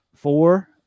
four